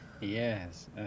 Yes